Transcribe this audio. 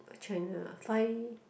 channel five